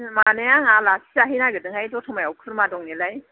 माने आं आलासि जाहैनो नागेरदोंहाय दथमायाव खुरमा दं नालाय